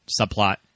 subplot